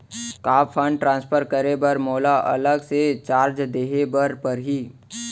का fund transfer करे बर मोला अलग से चार्ज देहे बर परही?